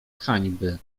hańby